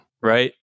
right